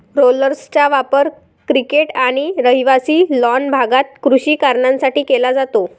रोलर्सचा वापर क्रिकेट आणि रहिवासी लॉन भागात कृषी कारणांसाठी केला जातो